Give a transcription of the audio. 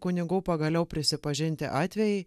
kunigų pagaliau prisipažinti atvejai